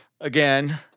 again